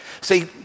See